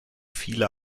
viele